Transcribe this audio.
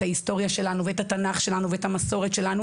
ההיסטוריה שלנו ואת התנ"ך שלנו ואת המסורת שלנו